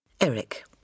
Eric